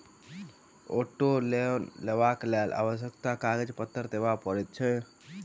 auto loan लेबाक लेल आवश्यक कागज पत्तर देबअ पड़ैत छै